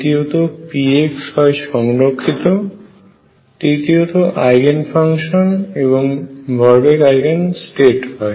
দ্বিতীয়তঃ px হয় সংরক্ষিত তৃতীয়তঃ আইগেন ফাংশন এবং ভরবেগ আইগেন স্টেট হয়